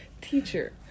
teacher